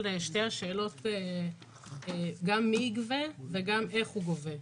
שתי השאלות גם מי יגבה וגם איך הוא גובה.